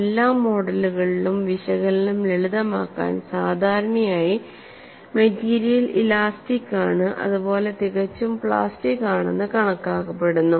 എല്ലാ മോഡലുകളിലും വിശകലനം ലളിതമാക്കാൻ സാധാരണയായി മെറ്റീരിയൽ ഇലാസ്റ്റിക് ആണ് അതുപോലെ തികച്ചും പ്ലാസ്റ്റിക് ആണെന്ന് കണക്കാക്കപ്പെടുന്നു